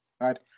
right